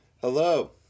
Hello